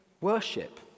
worship